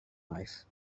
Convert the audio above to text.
life